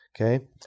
okay